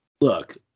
Look